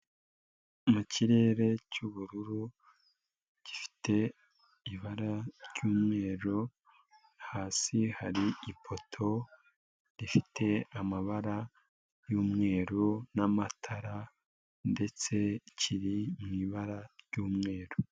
Mu kirere cy'ubururu gifite ibara ry'umweru, hasi hari ipoto rifite amabara y'umweru n'amatara ndetse kiri mu ibara ry'umweru.